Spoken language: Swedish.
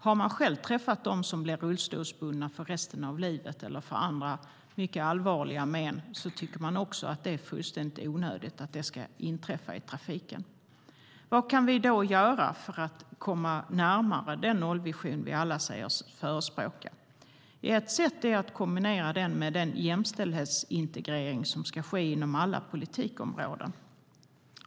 Jag har själv träffat dem som har blivit rullstolsbundna för resten av livet eller fått andra allvarliga men, och det är fullständigt onödigt att sådant ska inträffa i trafiken. Vad kan vi göra för att komma närmare den nollvision vi alla säger oss förespråka? Ett sätt är att kombinera nollvisionen med den jämställdhetsintegrering som ska ske inom alla politikområden.